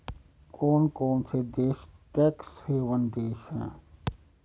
कौन कौन से देश टैक्स हेवन देश हैं?